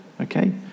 Okay